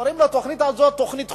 קוראים לתוכנית הזאת "תוכנית חומש".